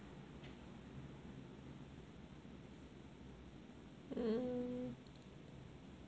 mm